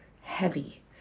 heavy